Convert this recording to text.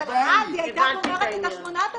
אבל אז היא הייתה גומרת את ה-8,000